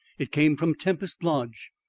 it came from tempest lodge.